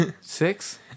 Six